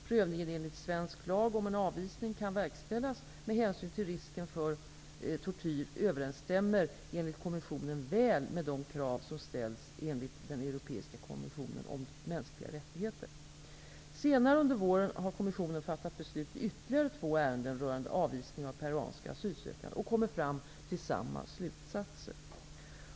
Prövningen enligt svensk lag om huruvida en avvisning kan verkställas med hänsyn till risken för tortyr överensstämmer enligt kommissionen väl med de krav som ställs enligt den europeiska konventionen om mänskliga rättigheter. Senare under våren har kommissionen fattat beslut i ytterligare två ärenden rörande avvisning av peruanska asylsökande och kommit fram till samma slutsatser.